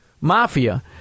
mafia